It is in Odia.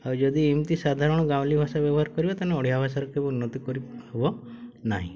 ଆଉ ଯଦି ଏମିତି ସାଧାରଣ ଗାଉଁଲି ଭାଷା ବ୍ୟବହାର କରିବ ତା'ହେଲେ ଓଡ଼ିଆ ଭାଷାର କେବେ ଉନ୍ନତି କରିହେବ ନାହିଁ